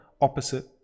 opposite